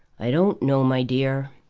i don't know, my dear.